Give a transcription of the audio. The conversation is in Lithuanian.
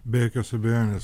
be jokios abejonės